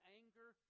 anger